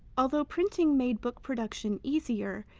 although printing made book production easier,